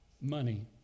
money